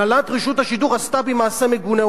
הנהלת רשות השידור עשתה בי מעשה מגונה.